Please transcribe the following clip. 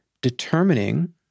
determining